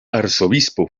arzobispo